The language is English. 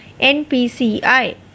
npci